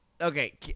okay